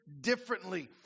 differently